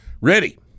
Ready